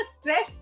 stress